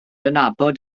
adnabod